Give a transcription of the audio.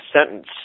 sentence